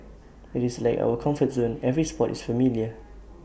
IT is like our comfort zone every spot is familiar